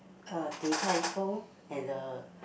uh Din-Tai-Fung and the